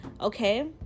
Okay